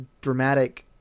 dramatic